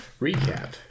recap